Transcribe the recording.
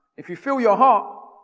if you feel your heart,